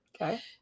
Okay